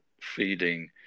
feeding